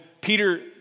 Peter